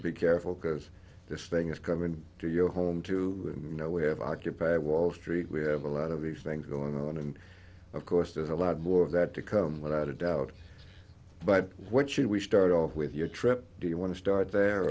be careful because this thing is coming to your home to you know we have occupy wall street we have a lot of these things going on and of course there's a lot more of that to come without a doubt but what should we start off with your trip do you want to start the